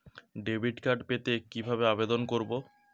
Debit card পেতে কি ভাবে আবেদন করব?